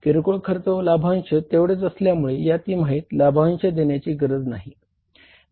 किरकोळ खर्च व लाभांश तेवढेच असल्यामुळे या तीमाहित लाभांश देण्याची गरज नाही